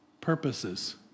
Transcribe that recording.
purposes